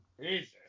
Jesus